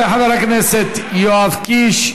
תודה לחבר הכנסת יואב קיש,